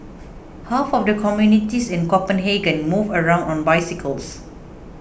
half of the communities in Copenhagen move around on bicycles